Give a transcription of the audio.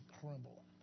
crumble